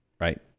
right